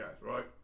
Right